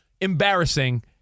embarrassing